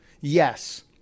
Yes